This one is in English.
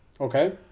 Okay